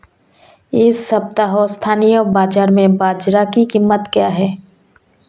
इस सप्ताह स्थानीय बाज़ार में बाजरा की कीमत क्या है?